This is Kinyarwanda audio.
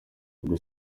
ubwo